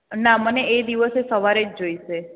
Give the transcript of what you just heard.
ના મને એ દિવસે સવારે જોઈસે